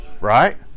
right